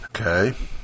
Okay